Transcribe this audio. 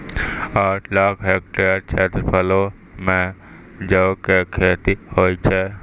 आठ लाख हेक्टेयर क्षेत्रफलो मे जौ के खेती होय छै